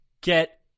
get